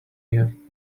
you